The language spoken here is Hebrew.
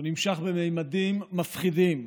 הוא נמשך בממדים מפחידים.